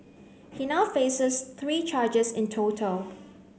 he now faces three charges in total